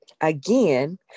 Again